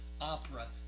opera